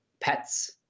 pets